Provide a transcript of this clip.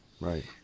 right